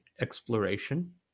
exploration